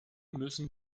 müssen